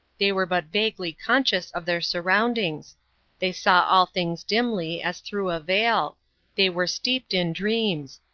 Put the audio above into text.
they were but vaguely conscious of their surroundings they saw all things dimly, as through a veil they were steeped in dreams,